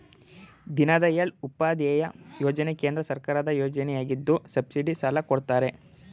ದೀನದಯಾಳ್ ಉಪಾಧ್ಯಾಯ ಯೋಜನೆ ಕೇಂದ್ರ ಸರ್ಕಾರದ ಯೋಜನೆಯಗಿದ್ದು ಸಬ್ಸಿಡಿ ಸಾಲ ಕೊಡ್ತಾರೆ